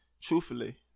truthfully